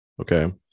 Okay